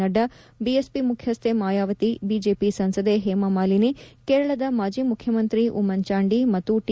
Nadda BSP ಮುಖ್ಯಸ್ಟ Mayawati BJP ಸಂಸದೆ ಹೇಮಾಮಾಲಿನಿ ಕೇರಳದ ಮಾಜಿ ಮುಖ್ಯಮಂತ್ರಿ ಉಮನ್ ಚಾಂಡಿ ಮತ್ತು ಟಿ